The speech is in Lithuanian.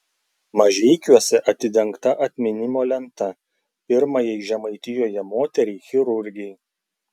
mažeikiuose atidengta atminimo lenta pirmajai žemaitijoje moteriai chirurgei